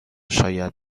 شاید